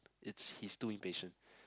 it's he's too impatient